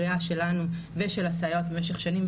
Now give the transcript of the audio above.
הקריאה שלנו ושל הסייעות במשך שנים,